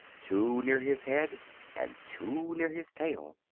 two near his head and two near his tail.